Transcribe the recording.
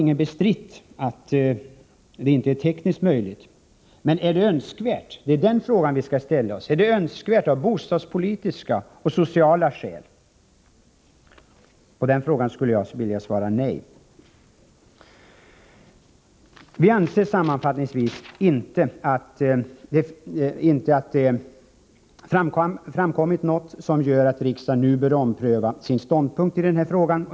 Ingen bestrider att det är tekniskt möjligt, men är det önskvärt? Det är den frågan vi skall ställa oss. Är det önskvärt av bostadspolitiska och sociala skäl? På den frågan skulle jag vilja svara nej. Vi anser sammanfattningsvis att det inte framkommit något som gör att riksdagen nu bör ompröva sin ståndpunkt i denna fråga.